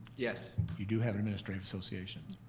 yes. you do have an administrative association?